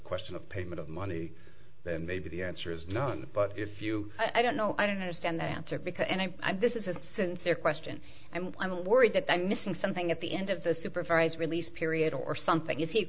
question of payment of money then maybe the answer is none but if you i don't know i don't understand that answer because and i i this is a sincere question and i'm worried that i'm missing something at the end of the supervised release period or something if he